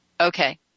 Okay